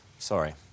Sorry